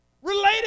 Related